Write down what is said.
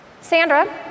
Sandra